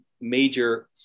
major